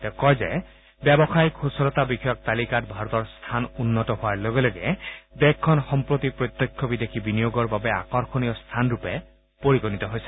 তেওঁ কয় যে ব্যৱসায়িক সূচলতা বিষয়ক তালিকাত ভাৰতৰ স্থান উন্নত হোৱাৰ লগে লগে দেশখন সম্প্ৰতি প্ৰত্যক্ষ বিদেশী বিনিয়োগৰ বাবে আকৰ্ষণীয় স্থান ৰূপে পৰিগণিত হৈছে